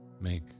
make